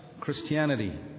Christianity